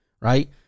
Right